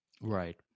Right